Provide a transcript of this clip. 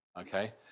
Okay